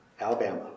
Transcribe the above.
Alabama